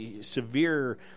severe